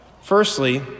firstly